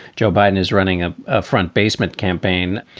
joe biden is running a ah front basement campaign,